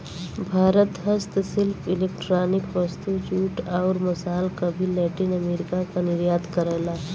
भारत हस्तशिल्प इलेक्ट्रॉनिक वस्तु, जूट, आउर मसाल क भी लैटिन अमेरिका क निर्यात करला